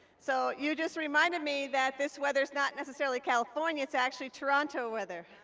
so you just reminded me that this weather is not necessarily california, it's actually toronto weather.